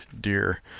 deer